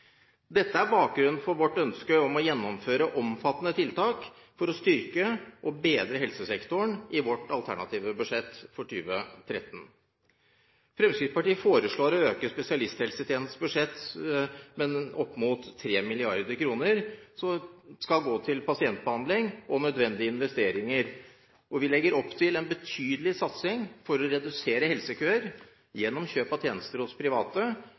Dette er bakgrunnen for vårt ønske om å gjennomføre omfattende tiltak for å styrke og bedre helsesektoren i vårt alternative budsjett for 2013. Fremskrittspartiet foreslår å øke spesialisthelsetjenestens budsjett med opp mot 3 mrd. kr, som skal gå til pasientbehandling og nødvendige investeringer, og vi legger opp til en betydelig satsing for å redusere helsekøer gjennom kjøp av tjenester hos private